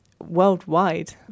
worldwide